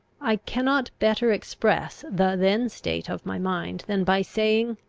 i cannot better express the then state of my mind than by saying,